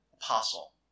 Apostle